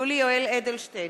מצביעה יולי יואל אדלשטיין,